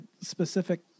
specific